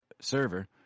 server